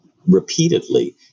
repeatedly